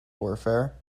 warfare